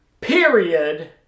period